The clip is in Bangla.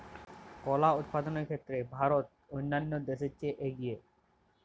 কলা উৎপাদনের ক্ষেত্রে ভারত অন্যান্য দেশের চেয়ে এগিয়ে